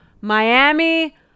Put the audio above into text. Miami